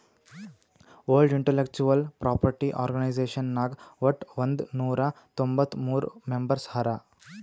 world intellectual property organization ನಾಗ್ ವಟ್ ಒಂದ್ ನೊರಾ ತೊಂಬತ್ತ ಮೂರ್ ಮೆಂಬರ್ಸ್ ಹರಾ